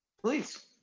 Please